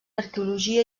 arqueologia